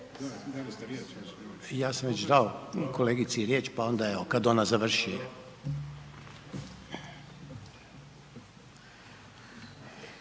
sam već dao kolegici riječ, pa onda evo kad ona završi.